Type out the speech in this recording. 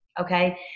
Okay